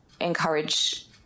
encourage